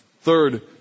Third